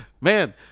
Man